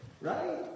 right